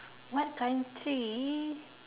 what country